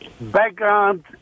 background